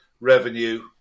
revenue